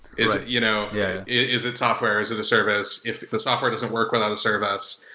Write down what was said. is it you know yeah is it software? is it a service? if the software doesn't work, run out of service.